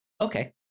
Okay